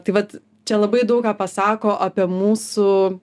tai vat čia labai daug ką pasako apie mūsų